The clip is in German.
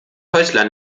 häusler